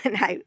no